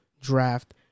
draft